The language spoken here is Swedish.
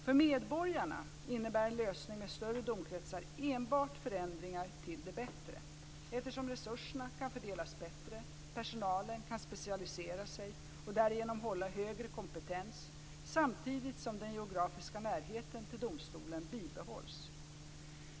För medborgarna innebär en lösning med större domkretsar enbart förändringar till det bättre eftersom resurserna kan fördelas bättre, personalen kan specialisera sig och därigenom hålla högre kompetens samtidigt som den geografiska närheten till domstolen bibehålls.